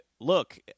look